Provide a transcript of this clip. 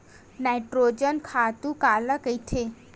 Nitrogen खातु काला कहिथे?